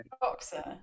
boxer